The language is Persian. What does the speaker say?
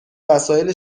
وسایل